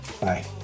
Bye